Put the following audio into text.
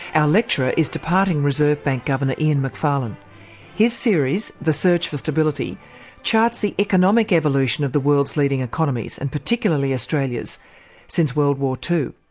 our lecturer is departing reserve bank governor, ian macfarlane his series, the search for stability charts the economic evolution of the world's leading economies and particularly australia's since world war ii.